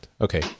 okay